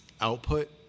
output